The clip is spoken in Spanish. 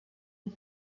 usa